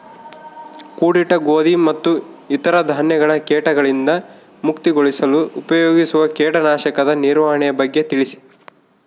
ಕೂಡಿಟ್ಟ ಗೋಧಿ ಮತ್ತು ಇತರ ಧಾನ್ಯಗಳ ಕೇಟಗಳಿಂದ ಮುಕ್ತಿಗೊಳಿಸಲು ಉಪಯೋಗಿಸುವ ಕೇಟನಾಶಕದ ನಿರ್ವಹಣೆಯ ಬಗ್ಗೆ ತಿಳಿಸಿ?